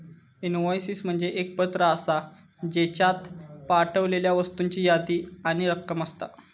invoices म्हणजे एक पत्र आसा, ज्येच्यात पाठवलेल्या वस्तूंची यादी आणि रक्कम असता